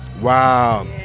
Wow